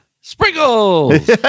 Sprinkles